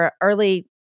early